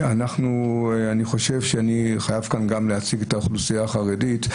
אני חושב שאני חייב כאן להציג גם את האוכלוסייה החרדית.